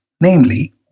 namely